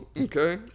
Okay